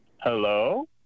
hello